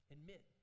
Admit